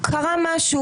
קרה משהו,